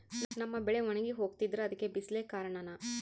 ನಮ್ಮ ಬೆಳೆ ಒಣಗಿ ಹೋಗ್ತಿದ್ರ ಅದ್ಕೆ ಬಿಸಿಲೆ ಕಾರಣನ?